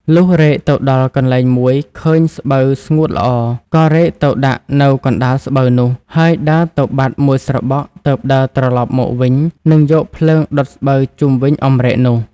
លុះរែកទៅដល់កន្លែងមួយឃើញស្បូវស្ងួតល្អ ក៏រែកទៅដាក់នៅកណ្តាលស្បូវនោះ ហើយដើរទៅបាត់មួយស្របក់ទើបដើរត្រឡប់មកវិញនិងយកភ្លើងដុតស្បូវជុំវិញអំរែកនោះ។